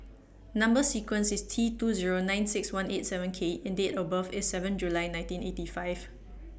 Number sequence IS T two Zero nine six one eight seven K and Date of birth IS seven July nineteen eighty five